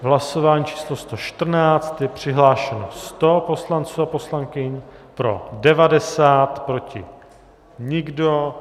V hlasování číslo 114 je přihlášeno 100 poslanců a poslankyň, pro 90, proti nikdo.